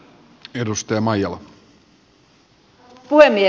arvoisa puhemies